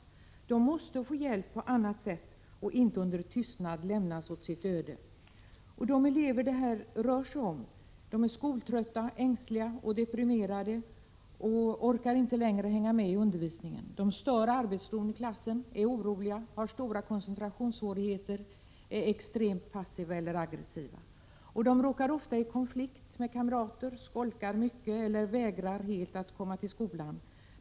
Eleverna måste få hjälp på annat sätt och inte under tystnad lämnas åt sitt öde. De elever som det här rör sig om är skoltrötta, ängsliga, deprimerade och orkar inte längre hänga med i undervisningen. De stör arbetsron i klassen, är oroliga, har stora koncentrationssvårigheter, och är extremt passiva eller aggressiva. Ofta råkar de i konflikt med kamrater, skolkar mycket eller vägrar helt att komma till skolan.